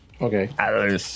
Okay